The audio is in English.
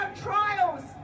trials